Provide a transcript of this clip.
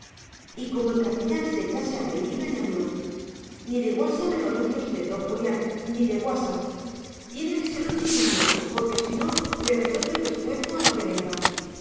y como el capellán se echase a reír añadió ni de guasa me lo anuncie usted don julián ni de guasa tiene que ser un chiquillo porque si no le retuerzo el pescuezo a lo que venga